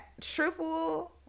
triple